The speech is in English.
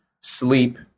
sleep